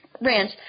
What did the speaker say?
Ranch